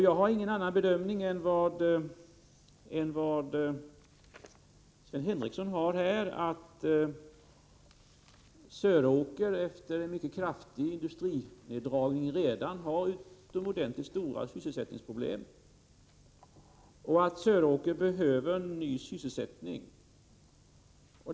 Jag gör ingen annan bedömning än Sven Henricsson: Söråker har efter en mycket kraftig industrineddragning redan utomordentligt stora sysselsättningsproblem, och Söråker behöver nu sysselsättning.